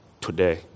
today